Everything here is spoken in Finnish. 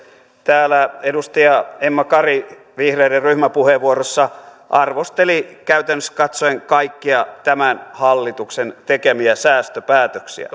täällä edustaja emma kari vihreiden ryhmäpuheenvuorossa arvosteli käytännössä katsoen kaikkia tämän hallituksen tekemiä säästöpäätöksiä